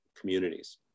communities